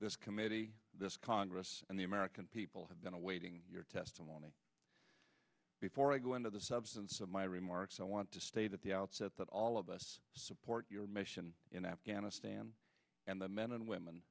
this committee this congress and the american people have been awaiting your testimony before i go into the substance of my remarks i want to state at the outset that all of us support your mission in afghanistan and the men and women